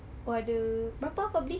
!wah! the berapa ah kau beli